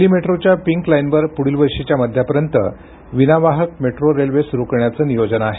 दिल्ली मेट्रोच्या पिंक लाईनवर पुढील वर्षीच्या मध्यापर्यंत विनावाहक मेट्रो रेल्वे सुरू करण्याचं नियोजन आहे